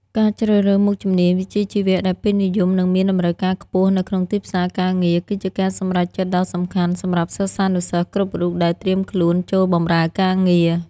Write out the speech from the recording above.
ការជ្រើសរើសមុខជំនាញវិជ្ជាជីវៈដែលពេញនិយមនិងមានតម្រូវការខ្ពស់នៅក្នុងទីផ្សារការងារ គឺជាការសម្រេចចិត្តដ៏សំខាន់សម្រាប់សិស្សានុសិស្សគ្រប់រូបដែលត្រៀមខ្លួនចូលបម្រើការងារ។